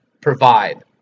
provide